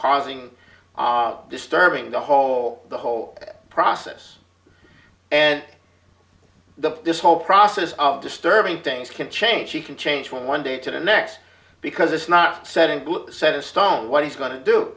causing disturbing the whole the whole process and the this whole process of disturbing things can change he can change from one day to the next because it's not setting a good set of stone what he's going to do